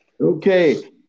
Okay